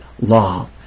law